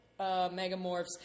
megamorphs